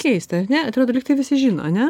keista ar ne atrodo lyg tai visi žino ane